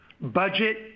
budget